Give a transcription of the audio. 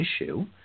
issue